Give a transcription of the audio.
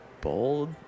bold